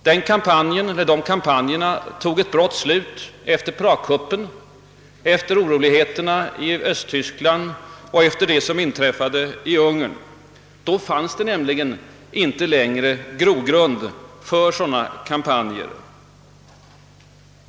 Dessa kampanjer fick dock ett brått slut efter Pragkuppen, efter oroligheterna i Östtyskland och efter det som inträffade i Ungern. Då fanns det inte längre grogrund för sådana kampanjer.